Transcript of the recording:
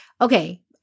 okay